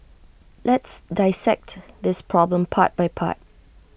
let's dissect this problem part by part